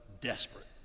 desperate